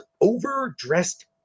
overdressed